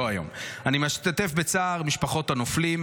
לא היום: "אני משתתף בצער משפחות הנופלים,